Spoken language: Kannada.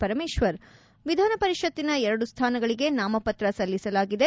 ಪರಮೇಶ್ವರ್ ವಿಧಾನಪರಿಷತ್ತಿನ ಎರಡು ಸ್ವಾನಗಳಿಗೆ ನಾಮಪತ್ರ ಸಲ್ಲಿಸಲಾಗಿದೆ